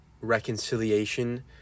reconciliation